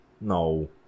No